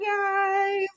Guys